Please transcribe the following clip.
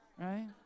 Right